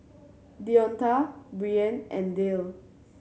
Deonta Brianne and Dale